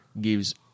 gives